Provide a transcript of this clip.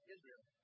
Israel